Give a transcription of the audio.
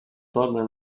torna